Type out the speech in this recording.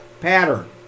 pattern